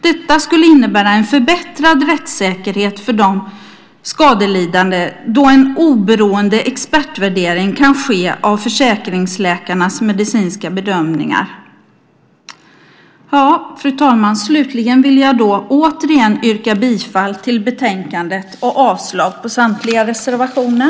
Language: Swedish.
Detta skulle innebära en förbättrad rättssäkerhet för de skadelidande då en oberoende expertvärdering kan ske av försäkringsläkarnas medicinska bedömningar. Fru talman! Slutligen vill jag återigen yrka bifall till förslaget i betänkandet och avslag på samtliga reservationer.